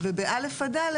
ובכיתות א'-ד',